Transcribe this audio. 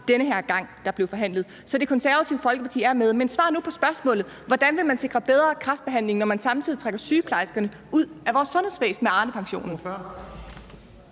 frem, da der blev forhandlet den her gang. Så Det Konservative Folkeparti er med – men svar nu på spørgsmålet: Hvordan vil man sikre bedre kræftbehandling, når man samtidig trækker sygeplejerskerne ud af vores sundhedsvæsen med Arnepensionen?